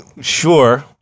Sure